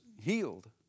healed